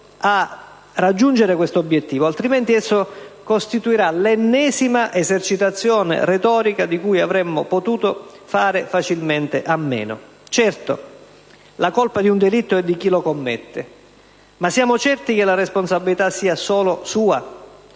a raggiungere tale obiettivo, altrimenti esso costituirà l'ennesima esercitazione retorica di cui avremmo potuto fare facilmente a meno. Certo, la colpa un delitto è di chi lo commette, ma siamo certi che la responsabilità sia solo sua